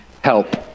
help